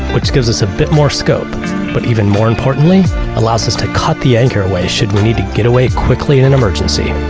which gives us a bit more scope but even more importantly allows us to cut the anchor way should we need to get away quickly in an emergency.